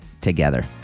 together